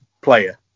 player